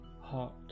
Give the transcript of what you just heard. Hot